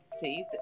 see